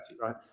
right